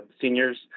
seniors